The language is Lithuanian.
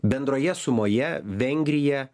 bendroje sumoje vengrija